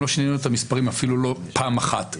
לא שינינו את המספרים אפילו לא פעם אחת.